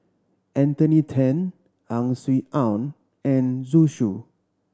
Anthony Then Ang Swee Aun and Zhu Xu